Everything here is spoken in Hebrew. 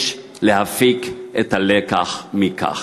יש להפיק את הלקח מכך.